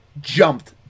jumped